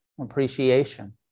appreciation